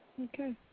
Okay